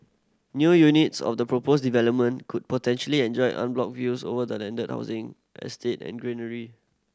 new units of the proposed development could potentially enjoy unblocked views over the landed housing estate and greenery